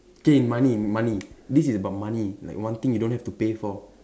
K money money this is about money like one thing you don't have to pay for